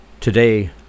Today